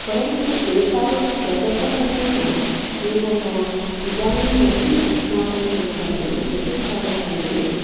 परन्तु एतावत् प्रगतः अपि न एवम् इदानीमपि अस्माकं समुदाये ऋतुस्रावसमये